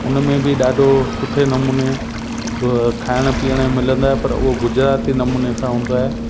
उन में बि ॾाढो सुठे नमूने खाइण पीअण मिलंदा आहे पर उहो गुजराती नमूने सां हूंदो आहे